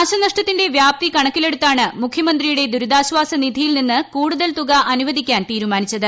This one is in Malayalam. നാശനഷ്ടത്തിന്റെ വ്യാപ്തി കണക്കിലെടുത്താണ് മുഖ്യമന്ത്രിയുടെ ദുരിതാശ്ചാസനിധിയിൽ നിന്ന് കൂടുതൽ തുക അനുവദിക്കാൻ തീരുമാനിച്ചത്